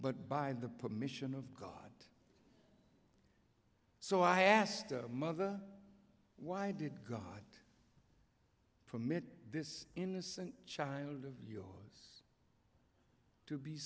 but by the permission of god so i asked her mother why did god permit this innocent child of yours to be